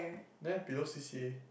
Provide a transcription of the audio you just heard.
there below c_c_a